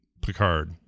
Picard